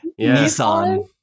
Nissan